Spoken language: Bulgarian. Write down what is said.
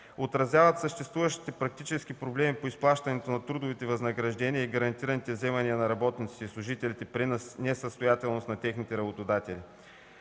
отразяват съществуващите практически проблеми по изплащането на трудовите възнаграждения и гарантираните вземания на работниците и служителите при несъстоятелност на техните работодатели.